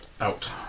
out